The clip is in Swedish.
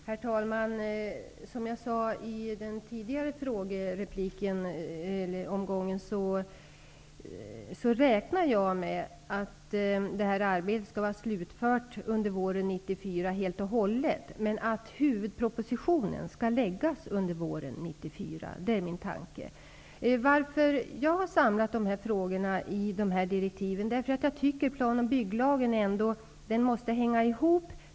Herr talman! Som jag sade i den tidigare frågeomgången, räknar jag med att det här arbetet skall vara helt och hållet slutfört under våren 1994. Min tanke är att huvudpropositionen skall läggas fram under våren 1994. Anledningen till att jag har samlat dessa frågor i ett direktiv är att jag tycker att plan och bygglagen måste hänga ihop.